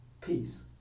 Peace